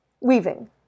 Weaving